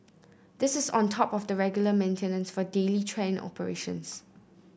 this is on top of the regular maintenance for daily train operations